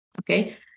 okay